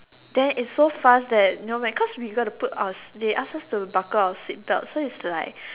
then is so fast that you know because we got to put our they ask us to buckle our seat belt so is like